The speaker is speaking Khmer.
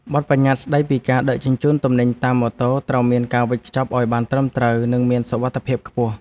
បទប្បញ្ញត្តិស្ដីពីការដឹកជញ្ជូនទំនិញតាមម៉ូតូត្រូវមានការវេចខ្ចប់ឱ្យបានត្រឹមត្រូវ និងមានសុវត្ថិភាពខ្ពស់។